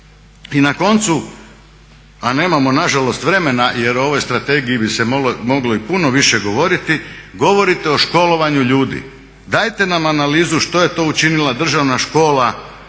I na koncu, a nemamo nažalost vremena jer o ovoj strategiji bi se moglo i puno više govoriti, govorite o školovanju ljudi. Dajte nam analizu što je to učinila državna škola za